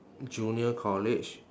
junior college